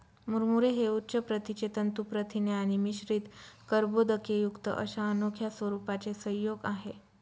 मुरमुरे हे उच्च प्रतीचे तंतू प्रथिने आणि मिश्रित कर्बोदकेयुक्त अशा अनोख्या स्वरूपाचे संयोग आहे